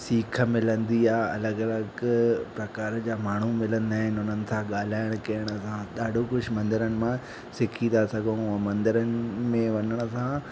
सीख मिलंदी आ्हे अलॻि अलॻि प्रकार जा माण्हू मिलंदा आहिनि उन्हनि सां ॻाल्हाइण करण सां ॾाढो कुझु मंदरनि मां सिखी था सघूं ऐं मंदरनि में वञण सां